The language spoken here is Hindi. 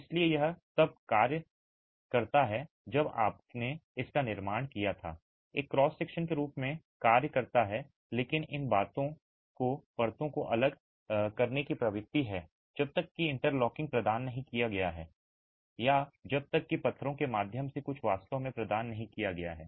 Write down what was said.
इसलिए यह तब कार्य करता है जब आपने इसका निर्माण किया था एक क्रॉस सेक्शन के रूप में कार्य करता है लेकिन इन परतों को अलग करने की प्रवृत्ति है जब तक कि इंटरलॉकिंग प्रदान नहीं किया गया है या जब तक कि पत्थरों के माध्यम से कुछ वास्तव में प्रदान नहीं किया गया है